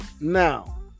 Now